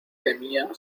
temía